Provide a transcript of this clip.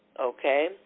Okay